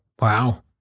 Wow